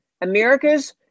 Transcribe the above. America's